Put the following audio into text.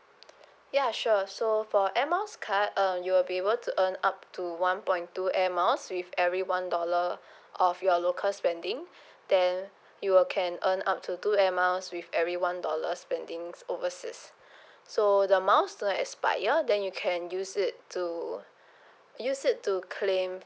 ya sure so for air mile card um you'll be able to earn up to one point to air miles with every one dollar of your local spending then you will can earn up to two air miles with every one dollar spending overseas so the miles do not expire then you can use it to use it to claim